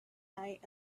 night